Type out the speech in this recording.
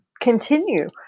continue